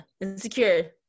insecure